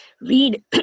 read